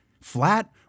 Flat